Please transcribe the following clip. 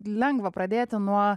lengva pradėti nuo